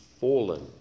Fallen